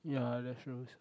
ya that shows